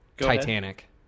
Titanic